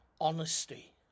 honesty